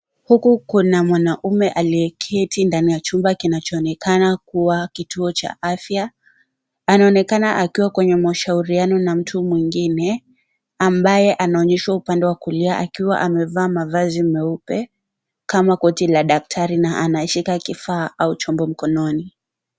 Huku kuna mwanamume aliyeketi ndani ya chumba kinachoonekana kuwa kituo cha afya. Anaonekana akiwa kwenye mashauriano na mtu mwingine ambaye anaonyeshwa upande wa kulia akiwa amevaa mavazi meupe kama koti la daktari na anaishika kifaa au chombo mkononi.